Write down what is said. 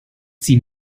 sie